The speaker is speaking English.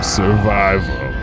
survival